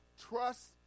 Trust